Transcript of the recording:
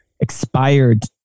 expired